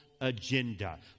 agenda